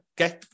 Okay